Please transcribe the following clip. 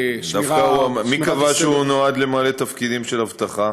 שמירה, מי קבע שהוא נועד למלא תפקידים של אבטחה?